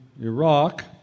Iraq